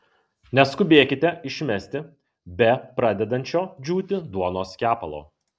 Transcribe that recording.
neskubėkite išmesti bepradedančio džiūti duonos kepalo